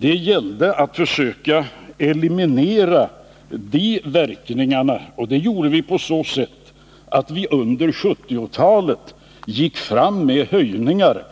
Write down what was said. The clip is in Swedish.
Det gällde att försöka eliminera de verkningarna, och det gjorde vi på så sätt att vi under 1970-talet gick fram med höjningar